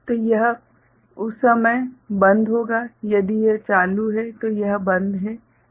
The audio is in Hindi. तो यह उस समय बंद होगा यदि यह चालू है तो यह बंद है